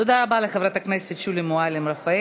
תודה רבה לחברת הכנסת שולי מועלם-רפאלי.